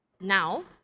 now